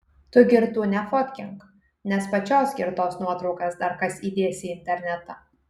tu girtų nefotkink nes pačios girtos nuotraukas dar kas įdės į internetą